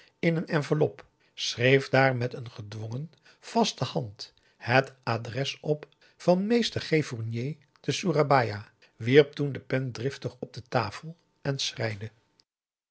in een enveloppe schreef daar met een gedwongen vaste hand het adres op van mr g fournier te soerabaia wierp toen de pen driftig op de tafel en